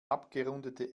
abgerundete